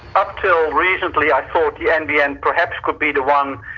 up till recently i thought the nbn perhaps could be the one,